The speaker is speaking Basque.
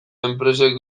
enpresek